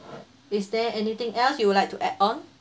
is there anything else you would like to add on